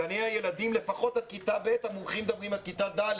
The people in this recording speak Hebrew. גני הילדים ותלמידים לפחות עד כיתה ב' המומחים מדברים על כיתה ד',